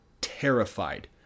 terrified